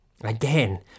again